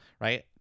right